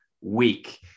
week